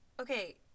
Okay